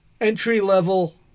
entry-level